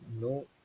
no